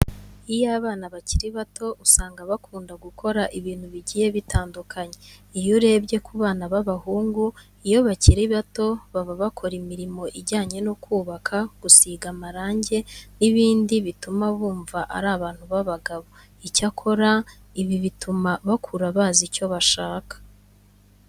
Iyo abana bakiri bato usanga bakunda gukora ibintu bigiye bitandukanye. Iyo urebye ku bana b'abahungu iyo bakiri bato baba bakora imirimo ijyanye no kubaka, gusiga amarange n'ibindi bituma bumva ari abantu b'abagabo. Icyakora ibi bituma bakura bazi icyo bashaka.